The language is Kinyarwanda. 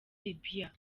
libya